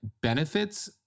benefits